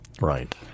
Right